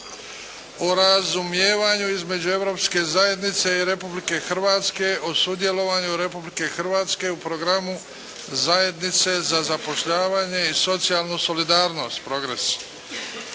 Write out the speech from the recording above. o razumijevanju između Europske zajednice i Republike Hrvatske o sudjelovanju Republike Hrvatske u programu zajednice za zapošljavanje i socijalnu solidarnost